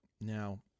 Now